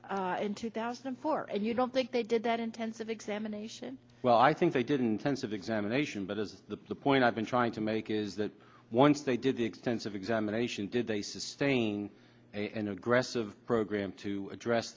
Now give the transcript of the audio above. visited in two thousand and four and you don't think they did that intensive examination well i think they didn't sense of examination but as the point i've been trying to make is that once they did the extensive examination did they sustain an aggressive program to address